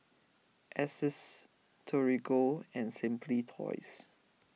Asics Torigo and Simply Toys